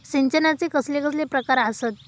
सिंचनाचे कसले कसले प्रकार आसत?